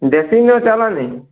নেই